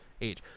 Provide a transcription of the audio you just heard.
age